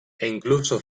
incluso